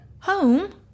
Home